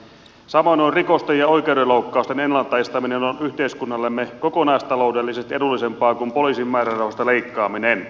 samoin rikosten ja oikeudenloukkausten ennalta estäminen on yhteiskunnallemme kokonaistaloudellisesti edullisempaa kuin poliisin määrärahoista leikkaaminen